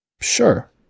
Sure